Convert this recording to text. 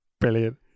brilliant